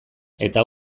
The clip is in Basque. eta